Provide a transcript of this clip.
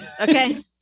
Okay